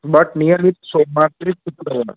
but nearly सोमावर ते शुक्रवार